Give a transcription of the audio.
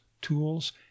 tools